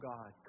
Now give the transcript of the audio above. God